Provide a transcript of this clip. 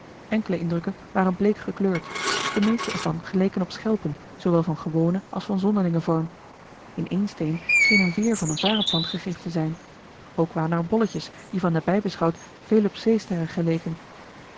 enkele indrukken waren bleek gekleurd de meeste er van geleken op schelpen zoowel van gewonen als van zonderlingen vorm in éen steen scheen eene veer van eene varenplant gegrift te zijn ook waren er bolletjes die van nabij beschouwd veel op zeesterren geleken